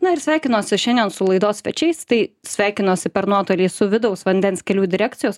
na ir sveikinuosi šiandien su laidos svečiais tai sveikinuosi per nuotolį su vidaus vandens kelių direkcijos